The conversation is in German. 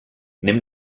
nimm